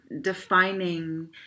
defining